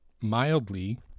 mildly